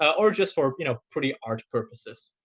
ah or just for, you know, pretty art purposes.